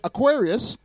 Aquarius